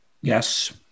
Yes